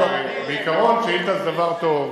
אבל בעיקרון שאילתא זה דבר טוב.